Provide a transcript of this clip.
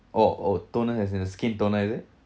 or or toner as in skin toner is it